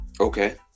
Okay